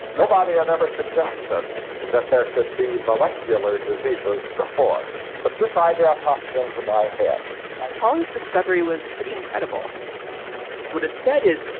nobody had ever suggested that there could be molecular diseases before, but this idea popped into my head pauling's discovery discovery was pretty incredible what it said is,